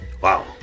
wow